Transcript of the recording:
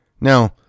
Now